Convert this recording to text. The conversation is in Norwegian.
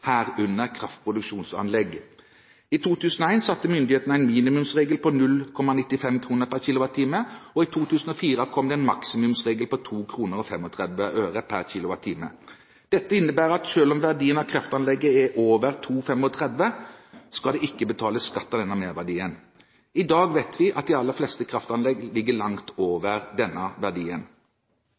herunder kraftproduksjonsanlegg. I 2001 satte myndighetene en minimumsregel på 0,95 kr per kWh, og i 2004 kom det en maksimumsregel på 2,35 kr per kWh. Dette innebærer at selv om verdien i kraftanlegget er over 2,35 kr, skal det ikke betales skatt av denne merverdien. I dag vet vi at de aller fleste kraftanlegg ligger langt over denne verdien.